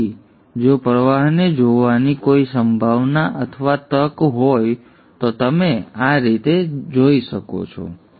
તેથી જો પ્રવાહને જોવાની કોઈ સંભાવના અથવા તક હોય તો તમે આ રીતે દેખાશો